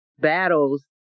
battles